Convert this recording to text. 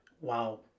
wow